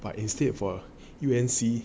but instead for U and C